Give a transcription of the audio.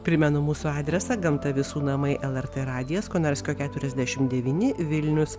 primenu mūsų adresą gamta visų namai lrt radijas konarskio keturiasdešim devyni vilnius